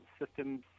systems